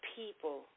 people